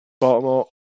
Baltimore